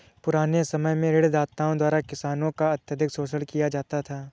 पुराने समय में ऋणदाताओं द्वारा किसानों का अत्यधिक शोषण किया जाता था